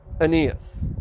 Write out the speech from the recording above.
Aeneas